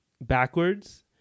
backwards